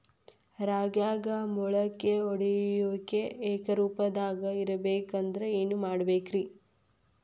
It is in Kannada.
ರಾಗ್ಯಾಗ ಮೊಳಕೆ ಒಡೆಯುವಿಕೆ ಏಕರೂಪದಾಗ ಇರಬೇಕ ಅಂದ್ರ ಏನು ಮಾಡಬೇಕ್ರಿ?